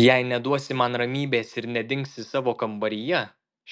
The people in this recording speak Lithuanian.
jei neduosi man ramybės ir nedingsi savo kambaryje